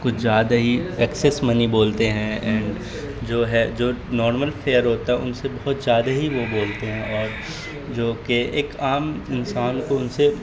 کچھ جیادہ ہی ایکسیس منی بولتے ہیں اینڈ جو ہے جو نارمل فیئر ہوتا ہے ان سے بہت جیادہ ہی وہ بولتے ہیں اور جو کہ ایک عام انسان کو ان سے